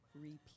repeat